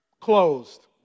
closed